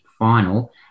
final